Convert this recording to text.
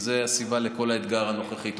וזאת הסיבה לכל האתגר הנוכחי.